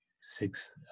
six